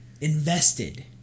invested